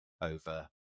over